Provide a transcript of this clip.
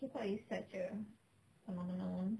K pop is such a phenomenon